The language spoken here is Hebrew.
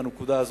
בנקודה הזאת,